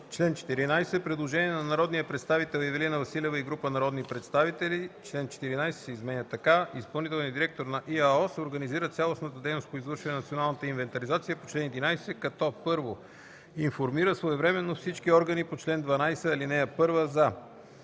направено предложение от народния представител Ивелина Василева и група народни представители – чл. 14 се изменя така: „Изпълнителният директор на ИАОС организира цялостната дейност по извършване на националната инвентаризация по чл. 11, като: 1. информира своевременно всички органи по чл. 12, ал. 1 за: